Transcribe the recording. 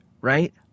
right